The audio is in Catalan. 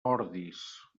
ordis